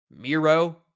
Miro